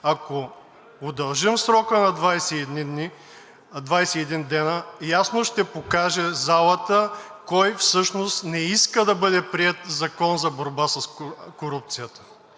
Ако удължим срока на 21 дни, ясно залата ще покаже кой всъщност не иска да бъде приет Закон за борба с корупцията.